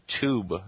tube